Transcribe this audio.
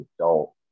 adult